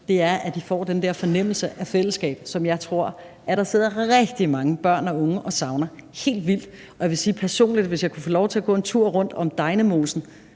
det, er, at de får den der fornemmelse af fællesskab, som jeg tror der sidder rigtig mange børn og unge og savner helt vildt. Jeg vil sige, at jeg personligt, hvis jeg kunne få lov til at gå en tur rundt om Degnemosen